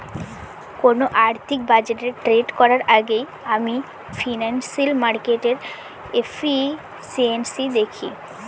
কোন আর্থিক বাজারে ট্রেড করার আগেই আমি ফিনান্সিয়াল মার্কেটের এফিসিয়েন্সি দেখি